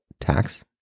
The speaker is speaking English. tax